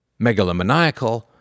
megalomaniacal